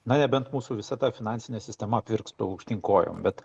na nebent mūsų visa ta finansinė sistema apvirstų aukštyn kojom bet